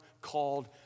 called